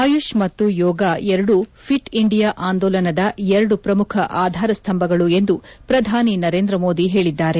ಆಯುಷ್ ಮತ್ತು ಯೋಗ ಎರಡೂ fit India ಆಂದೋಲನದ ಎರಡು ಪ್ರಮುಖ ಆಧಾರ ಸ್ತಂಭಗಳು ಎಂದು ಪ್ರಧಾನಿ ನರೇಂದ್ರ ಮೋದಿ ಹೇಳಿದ್ದಾರೆ